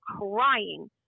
crying